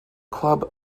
club